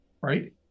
right